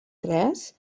tres